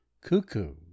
cuckoo